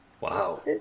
wow